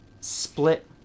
split